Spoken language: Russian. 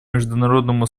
международному